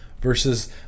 versus